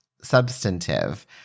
substantive